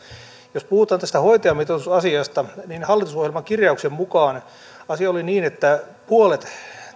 jos puhutaan tästä hoitajamitoitusasiasta niin hallitusohjelmakirjauksen mukaan asia oli niin että puolet